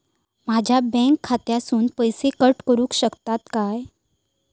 माझ्या बँक खात्यासून पैसे कट करुक शकतात काय?